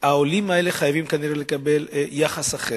העולים האלה חייבים כנראה לקבל יחס אחר.